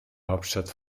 hauptstadt